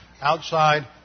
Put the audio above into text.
outside